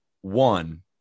one